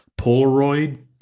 Polaroid